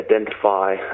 identify